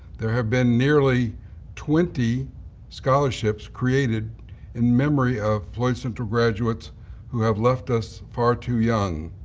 there have been nearly twenty scholarships created in memory of floyd central graduates who have left us far too young.